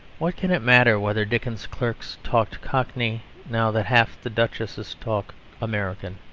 what can it matter whether dickens's clerks talked cockney now that half the duchesses talk american?